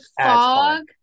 fog